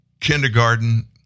kindergarten